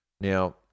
Now